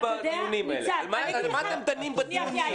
על מה אתם דנים בדיונים?